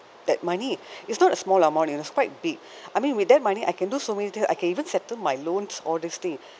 that money is not a small amount you know it's quite big I mean with that money I can do so many things I can even settle my loans all these thing